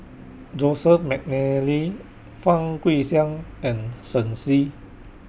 Joseph Mcnally Fang Guixiang and Shen Xi